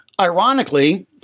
Ironically